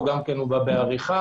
הוא גם בא בעריכה,